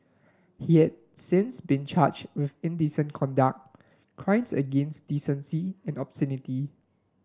he has since been charged with indecent conduct crimes against decency and obscenity